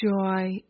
joy